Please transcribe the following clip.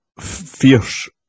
fierce